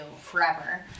forever